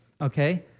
okay